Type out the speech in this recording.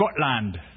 Scotland